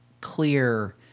clear